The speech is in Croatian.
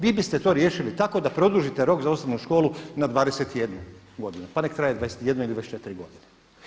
Vi biste to riješili tako da produžite rok za osnovnu školu na 21 godinu pa nek traje 21 ili 24 godine.